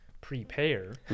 Prepare